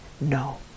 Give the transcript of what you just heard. no